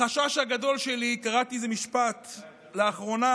החשש הגדול שלי, קראתי איזה משפט לאחרונה: